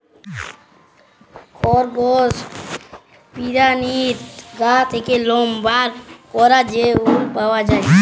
খরগস পেরানীর গা থ্যাকে লম বার ক্যরে যে উলট পাওয়া যায়